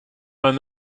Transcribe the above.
vingt